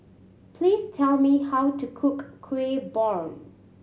please tell me how to cook Kueh Bom